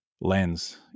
lens